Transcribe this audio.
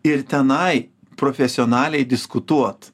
ir tenai profesionaliai diskutuot